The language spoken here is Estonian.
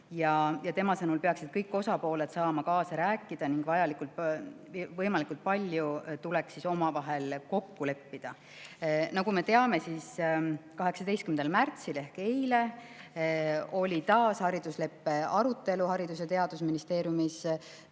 Tema sõnul peaksid kõik osapooled saama kaasa rääkida ning võimalikult palju tuleks omavahel kokku leppida. Nagu me teame, 18. märtsil ehk eile oli taas Haridus- ja Teadusministeeriumis